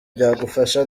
byagufasha